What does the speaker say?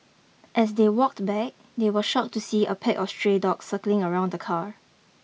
as they walked back they were shocked to see a pack of stray dogs circling around the car